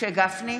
משה גפני,